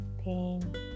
pain